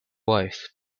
wife